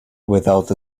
without